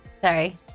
Sorry